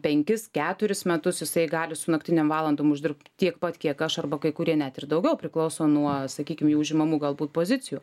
penkis keturis metus jisai gali su naktinėm valandom uždirbt tiek pat kiek aš arba kai kurie net ir daugiau priklauso nuo sakykim jų užimamų galbūt pozicijų